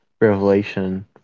revelation